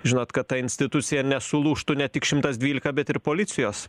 žinot kad ta institucija nesulūžtų ne tik šimtas dvylika bet ir policijos